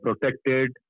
protected